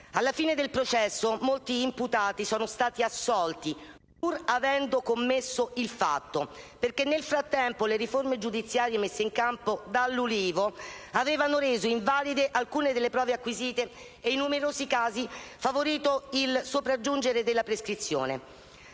Alla fine del processo molti imputati sono stati assolti, pur avendo commesso il fatto, perché nel frattempo le riforme giudiziarie messe in campo dall'Ulivo avevano reso invalide alcune delle prove acquisite e, in numerosi casi, favorito il sopraggiungere della prescrizione.